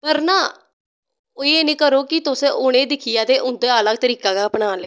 पर ना एह् नी करो की तुस उनें दिखियै ते उंदै आह्ला तरीका गै अपनान लगी पवो ते